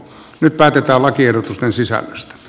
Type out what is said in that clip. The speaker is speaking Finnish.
nyt päätetään lakiehdotusten sisällöstä